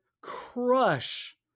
crush